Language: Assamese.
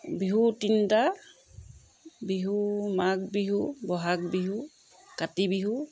বিহু তিনিটা বিহু মাঘ বিহু বহাগ বিহু কাতি বিহু